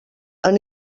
han